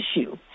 issue